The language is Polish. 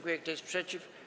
Kto jest przeciw?